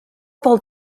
pel